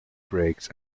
breaks